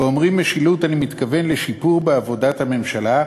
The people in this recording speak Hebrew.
באומרי "משילות" אני מתכוון לשיפור בעבודת הממשלה,